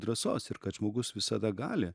drąsos ir kad žmogus visada gali